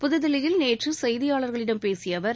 புதுதில்லியில் நேற்று செய்தியாளர்களிடம் பேசிய அவர்